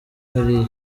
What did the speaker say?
hariya